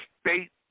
state